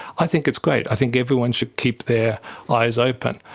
i think it's great. i think everyone should keep their eyes open.